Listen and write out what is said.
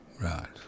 Right